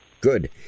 Good